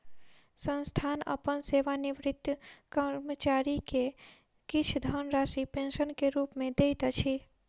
संस्थान अपन सेवानिवृत कर्मचारी के किछ धनराशि पेंशन के रूप में दैत अछि